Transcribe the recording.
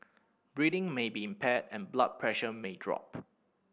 breathing may be impaired and blood pressure may drop